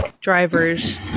drivers